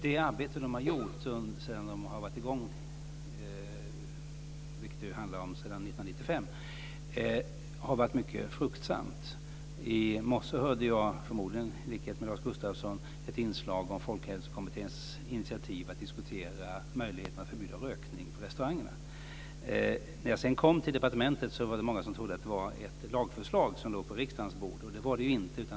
Det arbete som den har gjort sedan den kom i gång år 1995 har varit mycket fruktsamt. I morse hörde jag, förmodligen i likhet med Lars Gustafsson, ett inslag om Folkhälsokommitténs initiativ att diskutera möjligheten att förbjuda rökning på restaurangerna. När jag sedan kom till departementet var det många som trodde att det var ett lagförslag som låg på riksdagens bord. Det var det inte.